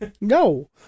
No